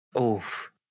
Oof